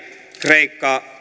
kreikka